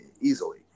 easily